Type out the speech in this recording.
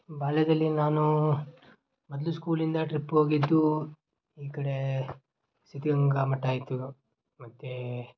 ಬಾಲ್ಯದಲ್ಲಿ ನಾನು ಮೊದಲು ಸ್ಕೂಲಿಂದ ಟ್ರಿಪ್ ಹೋಗಿದ್ದೂ ಈ ಕಡೇ ಸಿದ್ದಗಂಗಾ ಮಠ ಆಯಿತು ಮತ್ತೆ